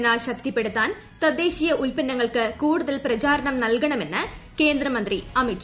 സമ്പദ്ഘടന ശക്തിപ്പെടുത്താൻ തൃദ്ദുശീയ ഉൽപ്പന്നങ്ങൾക്ക് കൂടുതൽ പ്രചാരണം നൽകണ്ട്രിമന്ന് കേന്ദ്രമന്ത്രി അമിത്ഷാ